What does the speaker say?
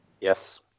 Yes